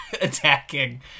attacking